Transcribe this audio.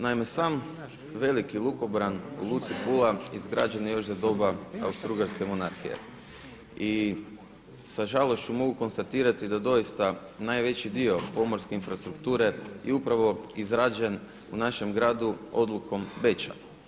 Naime, sam veliki lukobran u Luci Pula izgrađen je još za doba Austrougarske monarhije i sa žalošću mogu konstatirati da doista najveći dio pomorske infrastrukture je upravo izgrađen u našem gradu odlukom Beča.